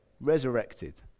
resurrected